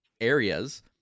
areas